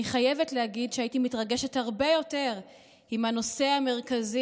אני חייבת להגיד שהייתי מתרגשת הרבה יותר אם הנושא המרכזי